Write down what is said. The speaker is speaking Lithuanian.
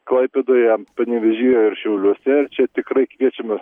klaipėdoje panevėžyje ir šiauliuose čia tikrai kviečiame